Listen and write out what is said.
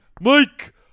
Mike